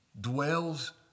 dwells